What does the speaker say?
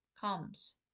comes